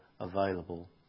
available